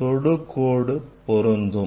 தொடுக்கோடு பொருந்தும்